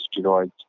steroids